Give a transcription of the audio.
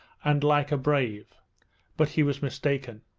and like a brave but he was mistaken.